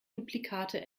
duplikate